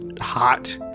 hot